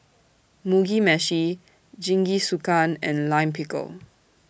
Mugi Meshi Jingisukan and Lime Pickle